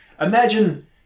imagine